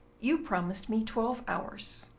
you promised me twelve hours.